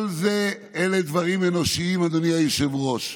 כל אלה דברים אנושיים, אדוני היושב-ראש.